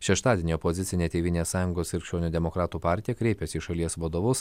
šeštadienį opozicinė tėvynės sąjungos krikščionių demokratų partija kreipėsi į šalies vadovus